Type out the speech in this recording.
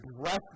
breath